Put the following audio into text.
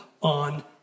on